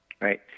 right